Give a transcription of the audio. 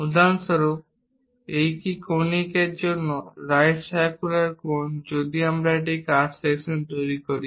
উদাহরণস্বরূপ একই কনিক জন্য রাইট সারকুলার কোন যদি আমরা একটি কাট সেকশন তৈরি করি